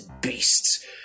beasts